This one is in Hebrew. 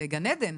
זה גן עדן.